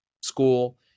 school